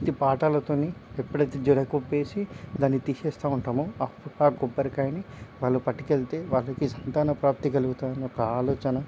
భక్తి పాటలతోని ఎప్పుడయితే జడకొప్పేసి దాన్ని తీసేస్తా ఉంటామో ఆ కొబ్బరికాయని వాళ్ళు పట్టుకెళ్తే వాళ్ళకి సంతాన ప్రాప్తి కలుగుతుందనే ఒక ఆలోచన